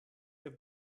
der